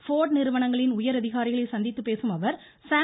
போடு நிறுவனங்களின் உயரதிகாரிகளை சந்தித்து பேசும் அவர் சான்